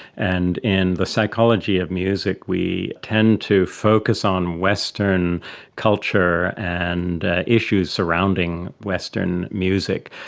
and in the psychology of music we tend to focus on western culture and issues surrounding western music.